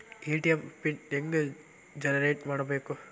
ATM PIN ಹೆಂಗ್ generate ಮಾಡಬೇಕು?